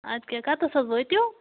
اَدٕ کیٛاہ کَتَس حظ وٲتِو